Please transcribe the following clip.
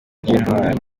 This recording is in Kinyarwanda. by’intwari